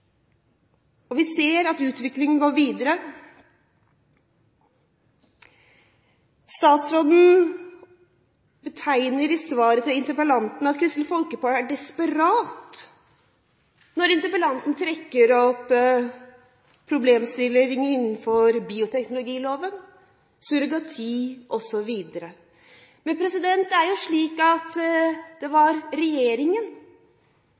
Vi ser at utviklingen går videre. Statsråden betegner i svaret til interpellanten Kristelig Folkeparti som desperat når interpellanten trekker opp problemstillinger innenfor bioteknologiloven, surrogati osv. Men det er jo slik at det